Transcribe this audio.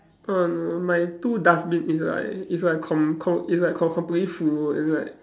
um my two dustbin it's like it's like com~ com~ it's like com~ completely full it's like